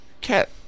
cat